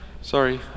sorry